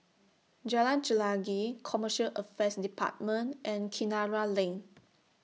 Jalan Chelagi Commercial Affairs department and Kinara Lane